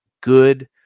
good